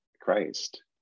Christ